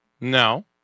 No